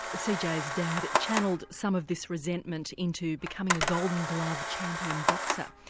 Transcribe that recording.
cj's dad channelled some of this resentment into becoming a golden glove champion boxer.